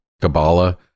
Kabbalah